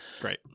Great